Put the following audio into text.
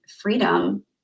freedom